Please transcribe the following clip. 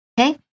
Okay